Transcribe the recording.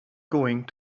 going